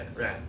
right